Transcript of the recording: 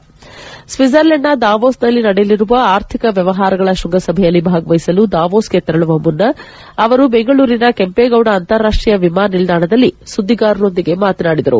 ಕ್ಷಿಟ್ಲರ್ಲೆಂಡ್ನ ದಾವೋಸ್ನಲ್ಲಿ ನಡೆಯಲಿರುವ ಆರ್ಥಿಕ ವ್ಯವಹಾರಗಳ ಶೃಂಗಸಭೆಯಲ್ಲಿ ಭಾಗವಹಿಸಲು ದಾವೋಸ್ಗೆ ತೆರಳುವ ಮುನ್ನ ಅವರು ಬೆಂಗಳೂರಿನ ಕೆಂಪೇಗೌಡ ಅಂತಾರಾಷ್ಟೀಯ ವಿಮಾನ ನಿಲ್ದಾಣದಲ್ಲಿ ಸುದ್ದಿಗಾರರೊಂದಿಗೆ ಮಾತನಾಡಿದರು